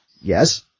Yes